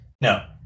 no